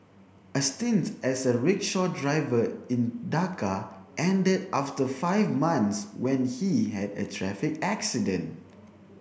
a stint as a rickshaw driver in Dhaka ended after five months when he had a traffic accident